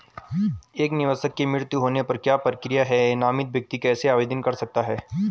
एक निवेशक के मृत्यु होने पर क्या प्रक्रिया है नामित व्यक्ति कैसे आवेदन कर सकता है?